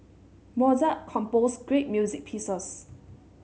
Mozart composed great music pieces